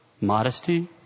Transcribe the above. modesty